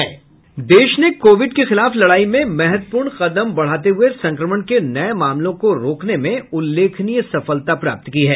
देश ने कोविड के खिलाफ लड़ाई में महत्वपूर्ण कदम बढ़ाते हुए संक्रमण के नए मामलों को रोकने में उल्लेखनीय सफलता प्राप्त की है